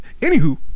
Anywho